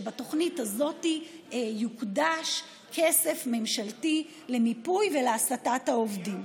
ובתוכנית הזאת יוקדש כסף ממשלתי למיפוי ולהסטת העובדים.